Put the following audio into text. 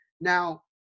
Now